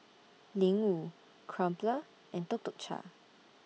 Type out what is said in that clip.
Ling Wu Crumpler and Tuk Tuk Cha